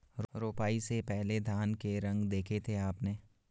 रोपाई से पहले धान के रंग देखे थे आपने?